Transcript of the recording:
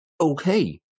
okay